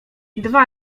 dwa